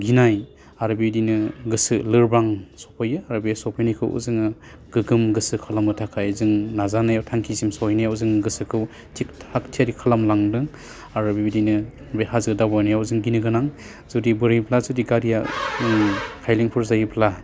गिनाय आरो बिदिनो गोसो लोरबां सफैयो आरो बे सफैनायखौ जोङो गोगोम गोसो खालामनो थाखाय जों नाजानायाव थांखिसिम सहैनायाव जों गोसोखौ थिग थाग थियारि खालामलांदों आरो बिदिनो बे हाजो दावबायनायाव जों गिनो गोनां जुदि बोरैब्ला जुदि गारिया उम खायलेंफोर जायोब्ला